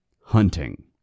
hunting